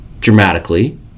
dramatically